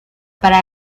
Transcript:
para